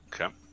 Okay